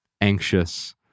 anxious